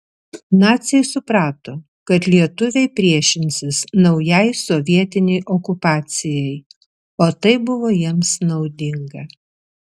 naciai suprato kad lietuviai priešinsis naujai sovietinei okupacijai o tai buvo jiems naudinga